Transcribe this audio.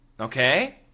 Okay